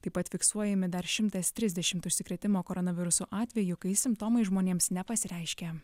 taip pat fiksuojami dar šimtas trisdešimt užsikrėtimo koronavirusu atvejų kai simptomai žmonėms nepasireiškia